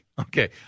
Okay